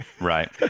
Right